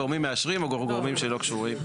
גורמים מאשרים או גורמים שלא קשורים,